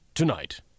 Tonight